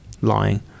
lying